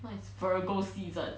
now is virgo season